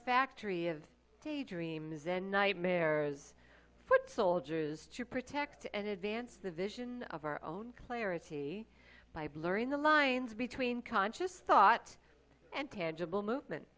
factory of daydreams and nightmares footsoldiers to protect and advance the vision of our own clarity by blurring the lines between conscious thought and tangible movement